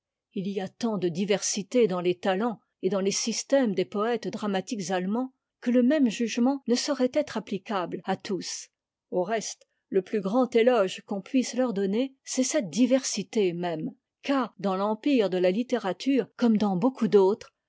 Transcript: il y a tant de diversité dans les talents et dans les systèmes des poëtes dramatiques allemands que le même jugement ne saurait être applicable à tous au reste le plus grand éloge qu'on puisse leur donner c'est cette diversité même car dans l'empire de la littérature comme dans beaucoup d'autres